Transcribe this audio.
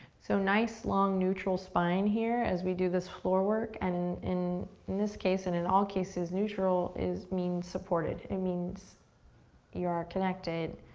so nice, long, neutral spine here as we do this floor work, and and in this case, and in all cases, neutral means supported. it means you are connected